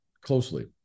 closely